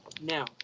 now